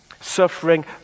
suffering